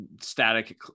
Static